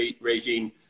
regime